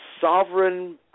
sovereign